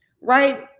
right